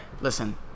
Listen